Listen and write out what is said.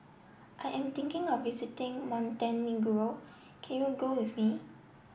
I am thinking of visiting Montenegro can you go with me